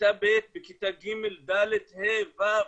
בכיתה ב', בכיתה ג', ד', ה', ו',